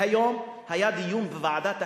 והיום היה דיון בוועדת החינוך,